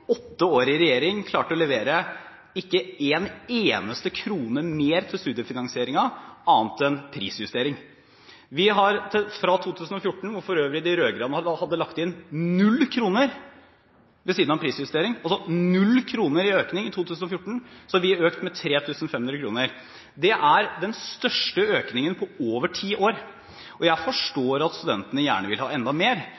åtte år i regjering ikke klarte å levere en eneste krone mer til studiefinansieringen annet enn prisjustering. Vi har fra 2014, hvor for øvrig de rød-grønne hadde lagt inn null kroner ved siden av prisjustering – null kroner i økning i 2014 – økt med 3 500 kr. Det er den største økningen på over ti år. Jeg forstår at studentene gjerne vil ha enda mer, og det forstår jeg